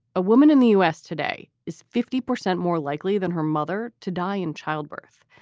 a woman in the u s. today is fifty percent more likely than her mother to die in childbirth.